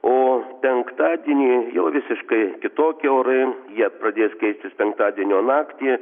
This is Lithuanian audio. o penktadienį jau visiškai kitokie orai jie pradės keistis penktadienio naktį